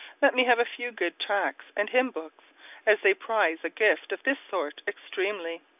let me have a few good tracts and hymn-books as they prize a gift of this sort extremely.